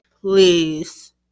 please